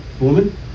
woman